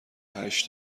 هشت